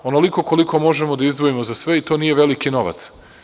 Onoliko koliko možemo da izdvojimo za sve i to nije veliki novac.